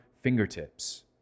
fingertips